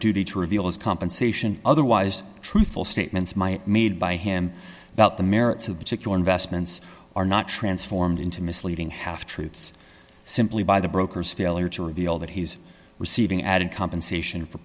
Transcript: duty to reveal his compensation otherwise truthful statements might made by him about the merits of particular investments are not transformed into misleading half truths simply by the brokers failure to reveal that he's receiving added compensation for